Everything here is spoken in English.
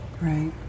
Right